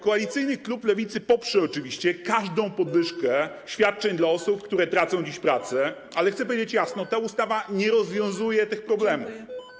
Koalicyjny klub Lewicy poprze oczywiście każdą podwyżkę świadczeń dla osób, które tracą dziś pracę, ale chcę powiedzieć jasno: ta ustawa nie rozwiązuje tych problemów.